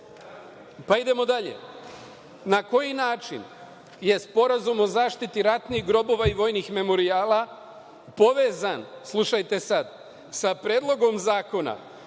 razumete. Idemo dalje, na koji način je Sporazum o zaštiti ratnih grobova i vojnih memorijala povezan, slušajte sada, sa Predlogom zakona